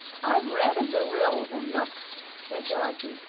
i've read of the ryls and knooks, said dorothy,